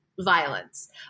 violence